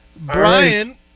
Brian